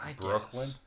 Brooklyn